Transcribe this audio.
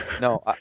No